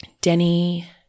Denny